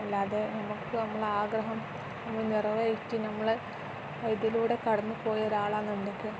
അല്ലാതെ നമുക്ക് നമ്മളുടെ ആഗ്രഹം നമ്മൾ നിറവേറ്റി നമ്മൾ ഇതിലൂടെ കടന്നു പോയ ഒരാളാണെന്നുണ്ടെങ്കിൽ